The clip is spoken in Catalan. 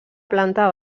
planta